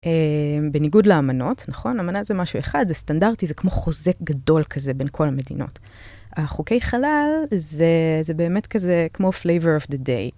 בניגוד לאמנות, נכון? אמנה זה משהו אחד, זה סטנדרטי, זה כמו חוזה גדול כזה בין כל המדינות. החוקי חלל זה באמת כזה כמו flavor of the day.